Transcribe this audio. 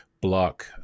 block